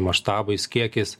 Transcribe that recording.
maštabais kiekiais